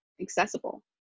accessible